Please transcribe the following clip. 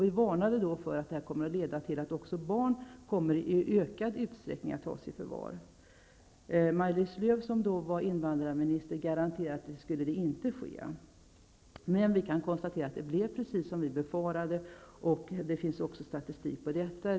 Vi varnade då och sade att det här skulle skulle leda till att också barn i ökad utsträckning togs i förvar. Maj-Lis Lööw, som då var invandrarminister, garanterade att det inte skulle ske. Men det är att konstatera att det blev precis som vi befarade. Det finns statistik på detta.